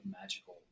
magical